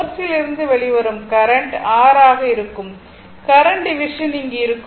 சோர்ஸிலிருந்து வெளிவரும் கரண்ட் 6 ஆக இருக்கும் கரண்ட் டிவிஷன் இங்கு இருக்கும்